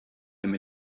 him